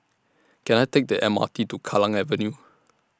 Can I Take The M R T to Kallang Avenue